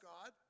God